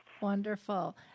Wonderful